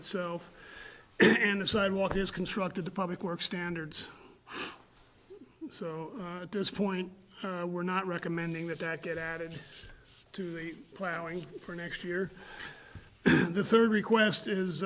itself and the sidewalk is constructed the public works standards so at this point we're not recommending that that get added planning for next year the third request